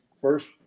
first